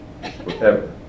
forever